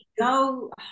go